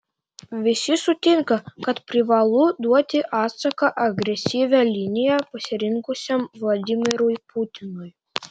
visi sutinka kad privalu duoti atsaką agresyvią liniją pasirinkusiam vladimirui putinui